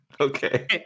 Okay